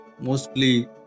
mostly